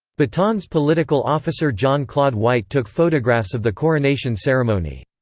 bhutan's political officer john claude white took photographs of the coronation ceremony.